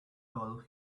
told